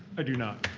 i do not,